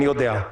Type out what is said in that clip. אני יודע.